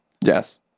Yes